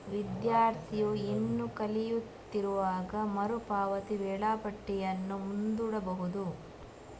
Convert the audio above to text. ವಿದ್ಯಾರ್ಥಿಯು ಇನ್ನೂ ಕಲಿಯುತ್ತಿರುವಾಗ ಮರು ಪಾವತಿ ವೇಳಾಪಟ್ಟಿಯನ್ನು ಮುಂದೂಡಬಹುದು